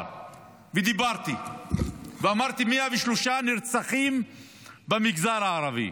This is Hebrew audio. ודיברתי ואמרתי: 103 נרצחים במגזר הערבית.